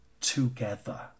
together